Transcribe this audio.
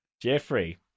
Jeffrey